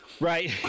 Right